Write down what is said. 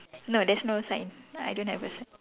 no there's no sign I don't have a sign